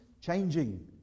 changing